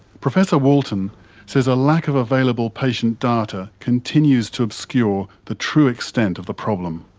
professor walton says a lack of available patient data continues to obscure the true extent of the problem.